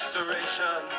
Restoration